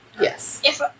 Yes